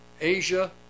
Asia